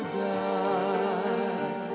die